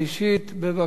בבקשה.